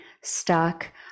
stuck